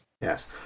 Yes